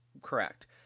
correct